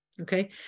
okay